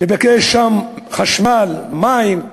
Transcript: לבקש חשמל, מים,